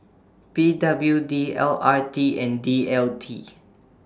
P W D L R T and D T L